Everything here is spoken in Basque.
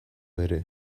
ere